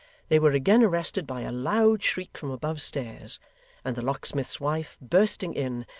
they were again arrested by a loud shriek from above-stairs and the locksmith's wife, bursting in,